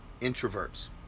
introverts